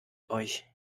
euch